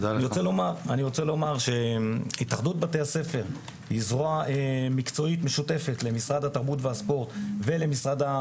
בלי הרשויות המקומיות, ונמצאים פה